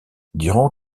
durant